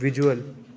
visual